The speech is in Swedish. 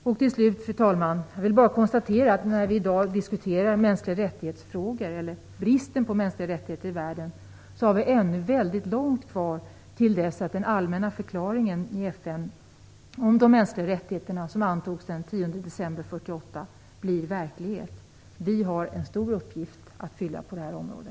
Slutligen, fru talman, vill jag bara konstatera att när vi i dag diskuterar frågor om mänskliga rättigheter eller bristen på mänskliga rättigheter i världen, är det ännu långt kvar till dess att FN:s allmänna förklaring om de mänskliga rättigheterna, som antogs den 10 december 1948, blir verklighet. Vi har en stor uppgift att fylla på detta område.